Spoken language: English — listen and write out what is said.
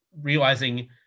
realizing